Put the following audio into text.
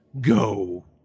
go